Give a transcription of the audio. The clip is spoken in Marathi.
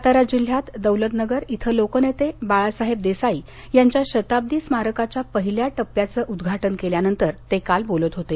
सातारा जिल्ह्यात दौलतनगर इथं लोकनेते बाळासाहेब देसाई यांच्या शताब्दी स्मारकाच्या पहिल्या टप्प्याचं उद्घाटन केल्यानंतर ते काल बोलत होते